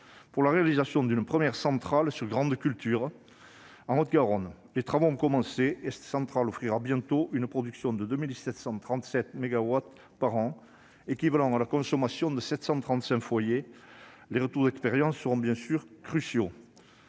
pour la réalisation d'une première centrale sur grande culture en Haute-Garonne. Les travaux ont commencé et cette centrale offrira bientôt une production de 2 637 mégawattheures par an, ce qui équivaut à la consommation de 735 foyers. Bien sûr, les retours d'expérience seront cruciaux.